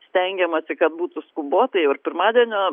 stengiamasi kad būtų skubotai o ir pirmadienio